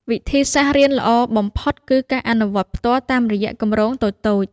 វិធីសាស្ត្ររៀនល្អបំផុតគឺការអនុវត្តផ្ទាល់តាមរយៈគម្រោងតូចៗ។